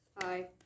Hi